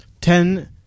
Ten –